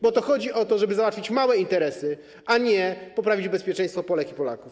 Bo to chodzi o to, żeby załatwić małe interesy, a nie poprawić bezpieczeństwo Polek i Polaków.